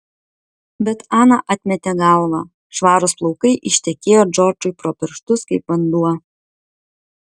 bet ana atmetė galvą švarūs plaukai ištekėjo džordžui pro pirštus kaip vanduo